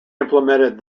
implemented